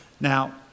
Now